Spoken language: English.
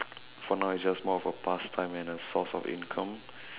for now it's just more of a pass time and a source of income